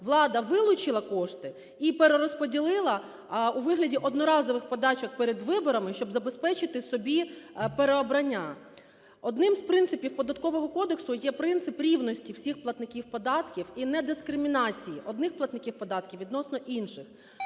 влада вилучила кошти і перерозподілила у вигляді одноразових подачок перед виборами, щоб забезпечити собі переобрання. Одним із принципів Податкового кодексу є принцип рівності всіх платників податків і недискримінації одних платників податків відносно інших.